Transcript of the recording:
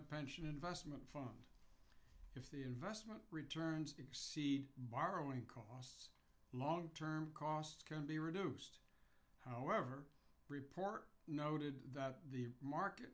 a pension investment fund if the investment returns exceed borrowing costs long term costs can be reduced however report noted that the market